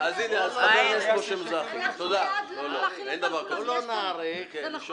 אי אפשר, אנחנו לא נשנה את זה כרגע.